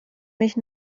mich